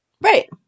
Right